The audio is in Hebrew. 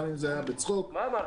גם אם זה היה בצחוק -- מה אמרת?